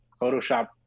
Photoshop